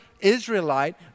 Israelite